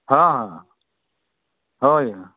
ହଁ ହଁ ହଏ